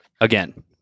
again